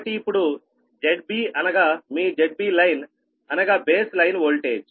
కాబట్టి ఇప్పుడు ZB అనగా మీ ZBline అనగా బేస్ లైన్ వోల్టేజ్